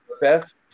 best